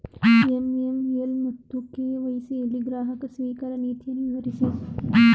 AML ಮತ್ತು KYC ಯಲ್ಲಿ ಗ್ರಾಹಕ ಸ್ವೀಕಾರ ನೀತಿಯನ್ನು ವಿವರಿಸಿ?